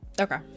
Okay